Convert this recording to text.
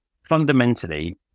Fundamentally